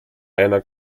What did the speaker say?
einer